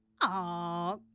Aw